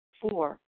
Four